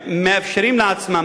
מאפשרים לעצמם,